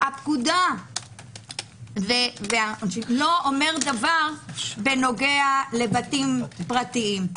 הפקודה לא אומרת דבר בנוגע לבתים פרטיים.